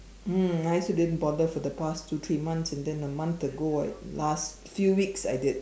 mm I actually didn't bother for the past two three months and then a month ago I like the last few weeks I did